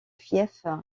fief